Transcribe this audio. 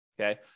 Okay